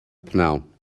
prynhawn